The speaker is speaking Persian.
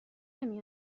نمی